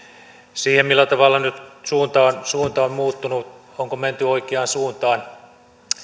siihen millä tavalla nyt suunta on muuttunut onko menty oikeaan suuntaan